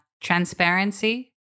Transparency